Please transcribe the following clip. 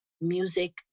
music